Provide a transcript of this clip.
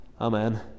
Amen